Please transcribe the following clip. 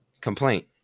Complaint